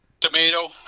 tomato